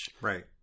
right